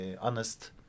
honest